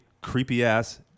creepy-ass